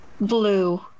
Blue